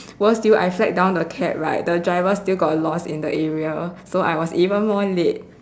worse still I flag down the cab right the driver still got lost in the area so I was even more late